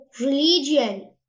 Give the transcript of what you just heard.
religion